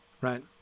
Right